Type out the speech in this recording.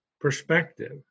perspective